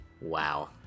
Wow